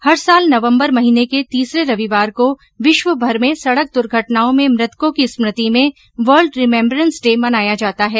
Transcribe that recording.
हर साल नवम्बर महीने के तीसरे रविवार को विश्वमर में सडक दुर्घटनाओं में मृतकों की स्मृति में वर्ल्ड रिमेम्बरेंस डे मनाया जाता है